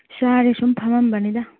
ꯆꯥꯔꯦ ꯁꯨꯝ ꯐꯝꯃꯝꯕꯅꯤꯗ